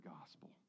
gospel